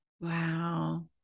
Wow